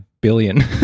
billion